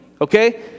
okay